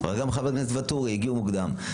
חברת הכנסת מזרסקי וגם חבר הכנסת ואטורי הגיעו מוקדם,